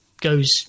goes